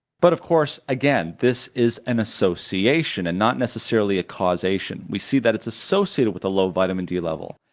but of course again, this is an association and not necessarily a causation. we see that it's associated with a low vitamin d level.